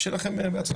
שיהיה לכם בהצלחה.